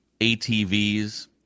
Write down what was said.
ATVs